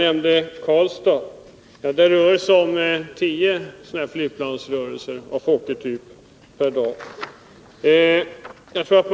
I Karlstad rör det sig om 10 flygplansrörelser med Fokkerplan per dag.